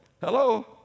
Hello